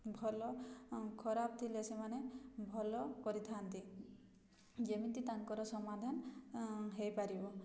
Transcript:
ଭଲ ଖରାପ ଥିଲେ ସେମାନେ ଭଲ କରିଥାଆନ୍ତି ଯେମିତି ତାଙ୍କର ସମାଧାନ ହେଇପାରିବ